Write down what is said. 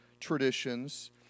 traditions